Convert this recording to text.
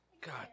God